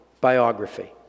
biography